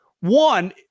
one